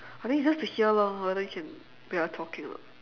I think it's just to hear lor whether we can we are talking or not